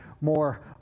more